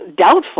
doubtful